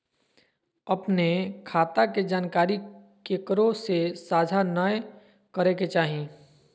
अपने खता के जानकारी केकरो से साझा नयय करे के चाही